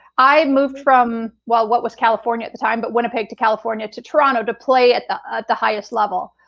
i moved from well, what was california at the time, but winnipeg to california, to toronto, to play at the ah the highest level,